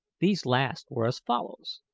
these last were as follows